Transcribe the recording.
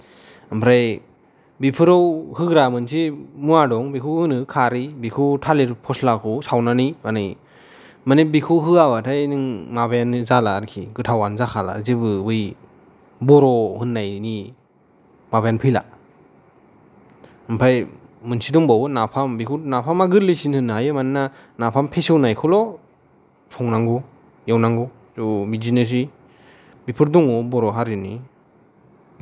आमफ्राय बेफोराव होग्रा मोनसे मुवा दं बेखौ होनो कारै बेखौ थालिर फसलाखौ सावनानै बानायो माने बेखौ होयाबाथाय नों माबायानो जाला आरकि गोथावानो जाखाला जेबो बै बर' होननायनि माबायानो माबायानो फैला आमफाय मोनसे दंबावो नाफाम नाफामा गोरलै सिन होननो हायो मानोना नाफाम फेसेवनायखौल' संनांगौ एवनांगौ थ' बिदिनो सै बेफोर दङ बर' हारिनि